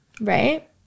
Right